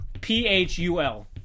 P-H-U-L